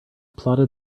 plodded